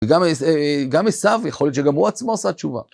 וגם עש...וגם עשו יכול להיות שגם הוא עצמו עושה תשובה.